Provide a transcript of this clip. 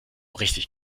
richtig